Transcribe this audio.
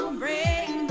bring